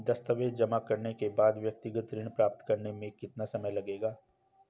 दस्तावेज़ जमा करने के बाद व्यक्तिगत ऋण प्राप्त करने में कितना समय लगेगा?